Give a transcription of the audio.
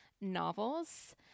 novels